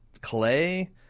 clay